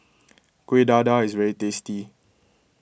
Kueh Dadar is very tasty